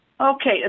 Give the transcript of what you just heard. Okay